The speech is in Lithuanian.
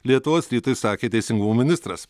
lietuvos rytui sakė teisingumo ministras